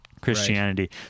Christianity